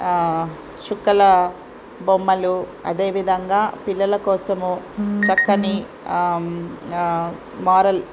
చుక్కల బొమ్మలు అదేవిధంగా పిల్లల కోసము చక్కని మారల్